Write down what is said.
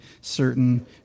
certain